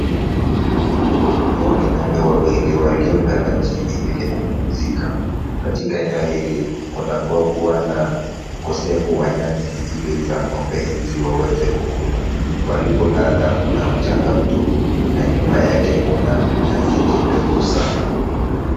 Hawa ni ng'ombe wawili waliolala chini ili kupumzika. Katika eneo hili kuna kuwa na ukosefu wa nyasi ili za ng'ombe hizi waweze kukula. Walipolala kuna mchanga mtupu na nyuma yake kuna nyasi kidogo sana.